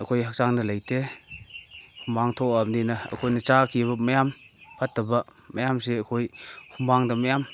ꯑꯩꯈꯣꯏ ꯍꯛꯆꯥꯡꯗ ꯂꯩꯇꯦ ꯍꯨꯃꯥꯡ ꯊꯣꯛꯑꯕꯅꯤꯅ ꯑꯩꯈꯣꯏꯅ ꯆꯥꯈꯤꯕ ꯃꯌꯥꯝ ꯐꯠꯇꯕ ꯃꯌꯥꯝꯁꯦ ꯑꯩꯈꯣꯏ ꯍꯨꯃꯥꯡꯗ ꯃꯌꯥꯝ